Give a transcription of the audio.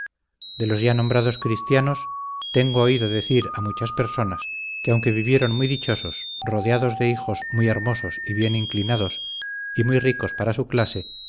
de los ya nombrados criados tengo oído decir a muchas personas que aunque vivieron muy dichosos rodeados de hijos muy hermosos y bien inclinados y muy ricos para su clase